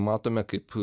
matome kaip